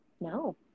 No